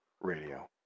Radio